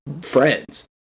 friends